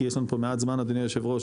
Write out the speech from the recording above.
כי יש לנו פה מעט זמן אדוני היושב ראש,